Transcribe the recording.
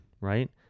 Right